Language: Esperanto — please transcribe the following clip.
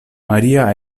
maria